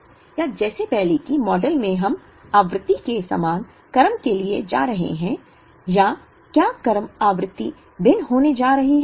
या जैसे पहले के मॉडल में हम आवृत्ति के समान क्रम के लिए जा रहे हैं या क्या क्रम आवृत्ति भिन्न होने जा रही है